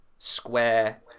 square